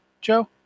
Joe